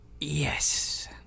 Yes